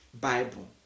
Bible